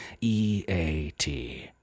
E-A-T